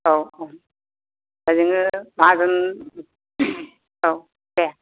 औ औ दा जोङो माहाजोन औ दे